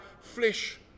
flesh